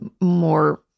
more